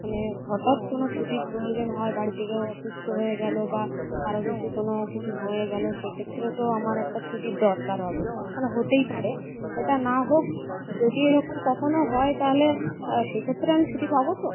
মানে হঠাৎ কোনো ছুটির প্রয়োজন হয় বাড়িতে কেউ অসুস্থ হয়ে গেল বা কারো কিছু কোনো কিছু হয়ে গেল সেক্ষেত্রে তো আমার একটা ছুটির দরকার হবে মানে হতেই পারে এটা না হোক যদি এরকম কখনও হয় তাহলে সেক্ষেত্রে আমি ছুটি পাব তো